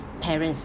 parents